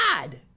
God